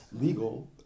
legal